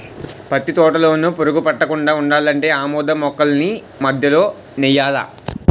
పత్తి తోటలోన పురుగు పట్టకుండా ఉండాలంటే ఆమదం మొక్కల్ని మధ్యలో నెయ్యాలా